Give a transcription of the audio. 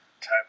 type